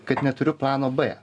kad neturiu plano b